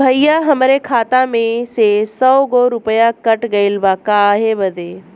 भईया हमरे खाता में से सौ गो रूपया कट गईल बा काहे बदे?